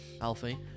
Alfie